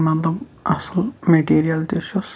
مَطلَب اَصل میٹیٖریل تہِ چھُس